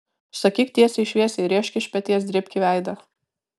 sakyk tiesiai šviesiai rėžk iš peties drėbk į veidą